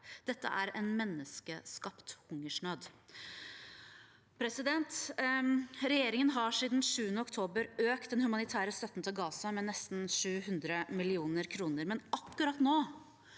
Dette er en menneskeskapt hungersnød. Regjeringen har siden 7. oktober økt den humanitære støtten til Gaza med nesten 700 mill. kr, men akkurat nå